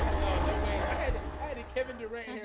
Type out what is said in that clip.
no, no ways. i had and had a kevin durant